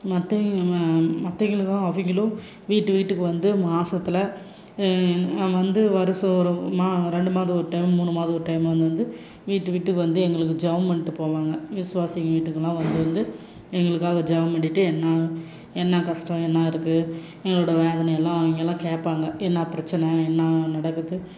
மற்ற மா மற்றவிங்களுக்காக அவங்களும் வீட்டு வீட்டுக்கு வந்து மாசத்தில் வந்து வருஷம் ஒரு மா ரெண்டு மாதம் ஒரு டைம் மூணு மாதம் ஒரு டைம் வந்து வந்து வீட்டுக்கு வீட்டுக்கு வந்து எங்களுக்கு ஜெபம் பண்ணிட்டு போவாங்க விசுவாசிகள் வீடுக்கெல்லாம் வந்து வந்து எங்களுக்காக ஜெபம் பண்ணிட்டு என்ன என்ன கஷ்டோம் என்ன இருக்குது எங்களோடய வேதனையெல்லாம் அவங்கள்லாம் கேட்பாங்க என்ன பிரச்சனை என்ன நடக்குது